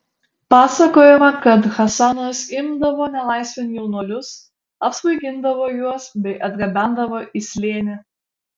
pasakojama kad hasanas imdavo nelaisvėn jaunuolius apsvaigindavo juos bei atgabendavo į slėnį